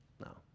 No